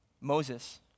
Moses